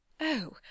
Oh